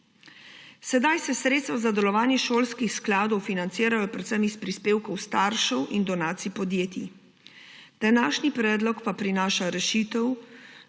Sedaj se sredstva za delovanje šolskih skladov financirajo predvsem iz prispevkov staršev in donacij podjetij. Današnji predlog pa prinaša rešitev,